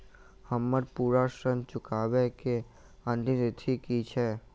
हम्मर पूरा ऋण चुकाबै केँ अंतिम तिथि की छै?